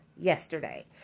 yesterday